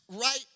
right